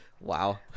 Wow